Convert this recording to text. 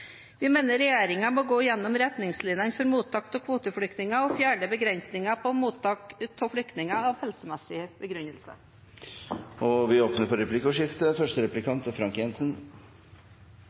Vi mener at regjeringen må gå gjennom retningslinjene for mottak av kvoteflyktninger og fjerne begrensninger på mottak av flyktninger ut fra helsemessige begrunnelser. Det blir replikkordskifte. Ved utgangen av